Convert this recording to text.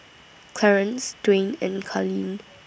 Clarnce Duwayne and Carlene